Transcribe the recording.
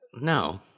No